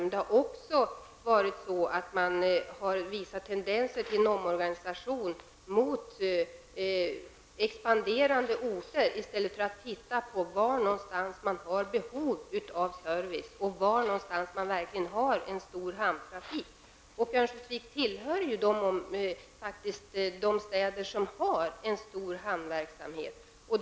Men här har man visat tendenser till en omorganisation i riktning mot expanderande orter i stället för att se på var det finns behov av service och var det finns en omfattande hamntrafik. Örnsköldsvik tillhör faktiskt de städer som har en omfattande hamnverksamhet.